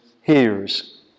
hears